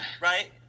Right